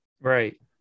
Right